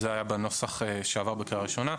זה היה בנוסח שעבר בקריאה הראשונה.